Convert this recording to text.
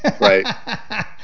Right